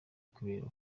kubera